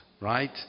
right